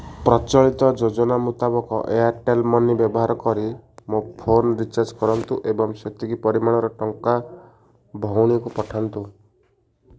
ପ୍ରଚଳିତ ଯୋଜନା ମୁତାବକ ଏୟାର୍ଟେଲ୍ ମନି ବ୍ୟବହାର କରି ମୋ ଫୋନ ରିଚାର୍ଜ କରନ୍ତୁ ଏବଂ ସେତିକି ପରିମାଣର ଟଙ୍କା ଭଉଣୀକୁ ପଠାନ୍ତୁ